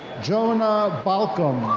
jon'a balkum.